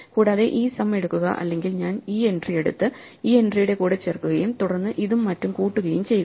കൂടാതെ ഈ സം എടുക്കുക അല്ലെങ്കിൽ ഞാൻ ഈ എൻട്രി എടുത്ത് ഈ എൻട്രിയുടെ കൂടെ ചേർക്കുകയും തുടർന്ന് ഇതും മറ്റും കൂട്ടുകയും ചെയ്യുക